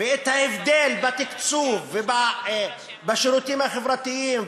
ואת ההבדל בתקצוב ובשירותים החברתיים,